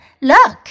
Look